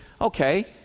okay